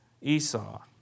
Esau